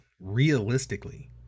realistically